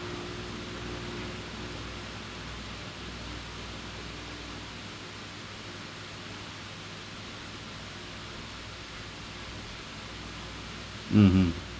mmhmm